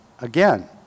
again